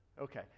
Okay